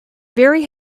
very